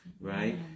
right